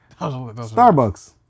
Starbucks